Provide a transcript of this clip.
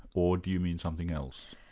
or do you mean something else?